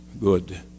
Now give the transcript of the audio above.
good